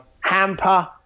hamper